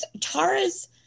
Tara's